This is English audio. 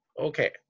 Okay